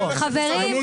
חברים,